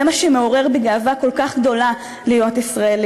זה מה שמעורר בי גאווה כל כך גדולה להיות ישראלית.